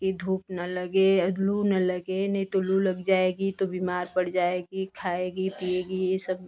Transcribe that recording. की धूप न लगे लू ना लगे लू लग जाएगी तो बीमार पड़ जाएगी खाएगी पिएगी उ सब